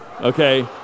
Okay